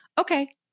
Okay